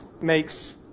makes